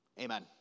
Amen